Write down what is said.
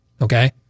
okay